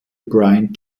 brian